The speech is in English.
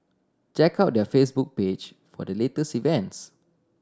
check out their Facebook page for the latest events